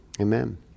Amen